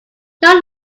young